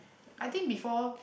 I think before